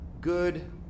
good